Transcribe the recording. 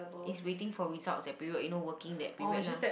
it's waiting for results that period you know working that period lah